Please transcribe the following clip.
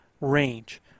range